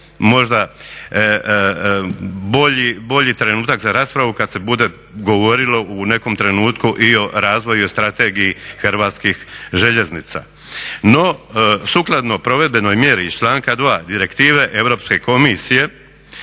možda bolji trenutak za raspravu kada se bude govorilo u nekom trenutku i o razvoju i strategiji HŽ-a. No sukladno provedbenoj mjeri iz članka 2. Direktive Europske komisije